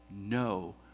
no